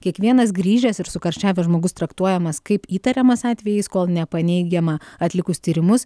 kiekvienas grįžęs ir sukarščiavęs žmogus traktuojamas kaip įtariamas atvejis kol nepaneigiama atlikus tyrimus